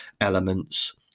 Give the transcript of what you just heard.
elements